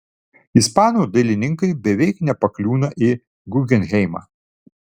ispanų dailininkai beveik nepakliūna į gugenheimą